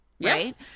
Right